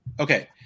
Okay